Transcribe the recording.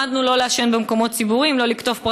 למדנו לא לעשן במקומות ציבוריים, לא לקטוף פרחים,